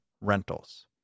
rentals